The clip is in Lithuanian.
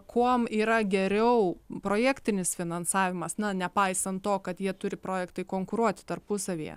kuom yra geriau projektinis finansavimas na nepaisant to kad jie turi projektai konkuruoti tarpusavyje